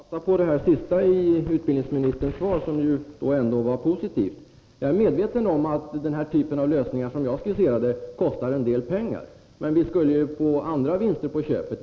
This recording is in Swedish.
Herr talman! Jag tar fasta på det sista i utbildningsministerns svar, som ändå var positivt. Jag är medveten om att den typ av lösningar som jag skisserat kostar en del pengar, men vi skulle ju få andra vinster på köpet genom dem.